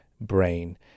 brain